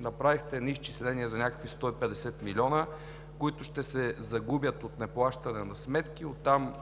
направихте едни изчисления за някакви 150 милиона, които ще се загубят от неплащане на сметки, оттам